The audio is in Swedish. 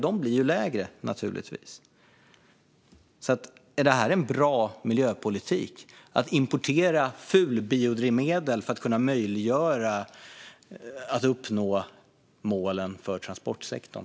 De utsläppen blir naturligtvis lägre. Är det en bra miljöpolitik att importera fulbiodrivmedel för att göra det möjligt att uppnå målen för transportsektorn?